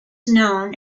known